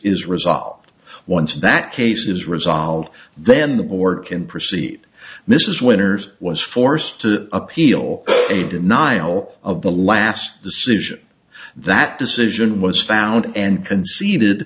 is resolved once that case is resolved then the board can proceed mrs winners was forced to appeal a denial of the last decision that decision was found and conceded